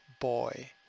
boy